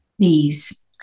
Please